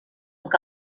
que